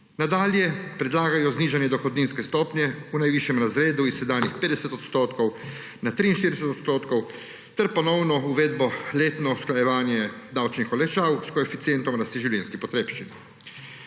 Nadalje predlagajo znižanje dohodninske stopnje v najvišjem razredu s sedanjih 50 % na 43 % ter ponovno uvedbo letnega usklajevanja davčnih olajšav s koeficientom rasti življenjskih potrebščin.